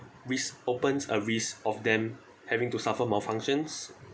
risk opens a risk of them having to suffer malfunctions